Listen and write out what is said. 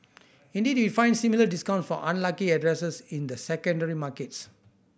indeed we find similar discount for unlucky addresses in the secondary markets